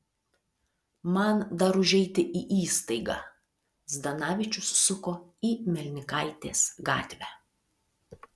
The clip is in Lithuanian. man dar užeiti į įstaigą zdanavičius suko į melnikaitės gatvę